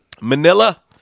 Manila